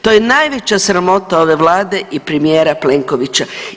To je najveća sramota ove Vlade i premijera Plenkovića.